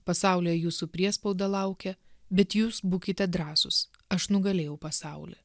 pasaulyje jūsų priespauda laukia bet jūs būkite drąsūs aš nugalėjau pasaulį